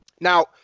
now